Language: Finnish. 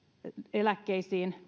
eläkkeisiin